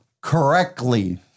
correctly